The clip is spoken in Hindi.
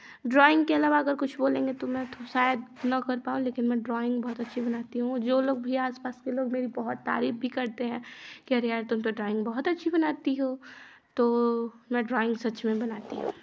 ड्राॅइंग के अलावा अगर कुछ बोलेंगे तो मैं शायद ना कर पाऊं लेकिन मैं ड्राॅइंग बहुत अच्छी बनाती हूँ जो लोग भी आसपास के लोग मेरी बहुत तारीफ़ भी करते हैं कि अरे यार तुम तो ड्राॅइंग बहुत अच्छी बनाती हो तो मैं ड्राॅइंग सच में बनाती हूँ